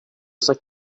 cinq